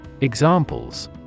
Examples